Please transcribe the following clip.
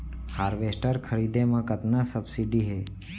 Harvester खरीदे म कतना सब्सिडी हे?